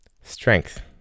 Strength